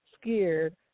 scared